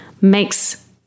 makes